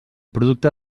producte